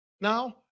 Now